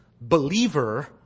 believer